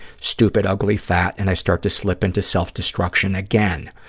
stupid, ugly, fat and i start to slip into self-destruction again,